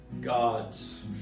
God's